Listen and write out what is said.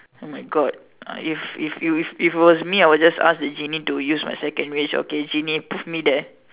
oh my God if if if it was me I would ask the genie to use my second wish okay genie put me there